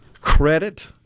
credit